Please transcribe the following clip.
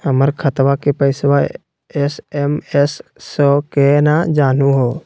हमर खतवा के पैसवा एस.एम.एस स केना जानहु हो?